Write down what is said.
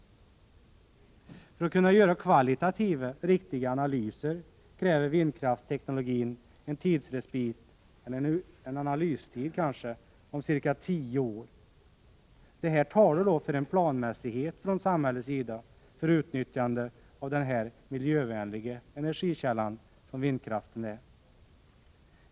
För att kunna göra kvalitativt riktiga analyser kräver vindkraftsteknologin en tidsrespit, en analystid, på ca 10 år. Också detta talar för en planmässighet från samhällets sida beträffande utnyttjande av den miljövänliga energikälla som vindkraften är.